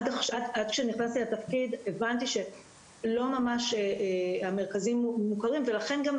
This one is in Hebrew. כשנכנסתי לתפקיד הבנתי שהמרכזים לא ממש מוכרים ולכן גם,